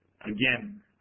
again